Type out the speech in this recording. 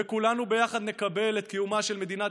וכולנו ביחד נקבל את קיומה של מדינת